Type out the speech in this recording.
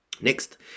Next